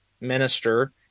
minister